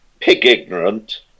pig-ignorant